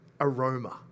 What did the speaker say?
aroma